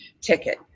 ticket